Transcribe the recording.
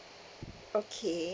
okay